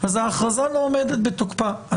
אז ההכרזה לא עומדת בתקופה.